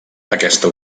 aquesta